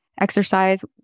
exercise